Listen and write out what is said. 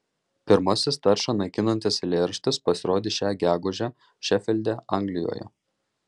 pirmasis taršą naikinantis eilėraštis pasirodė šią gegužę šefilde anglijoje